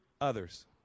others